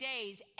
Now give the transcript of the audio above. days